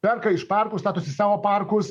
perka iš parkų statosi savo parkus